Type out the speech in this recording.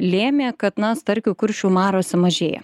lėmė kad na starkių kuršių mariose mažėja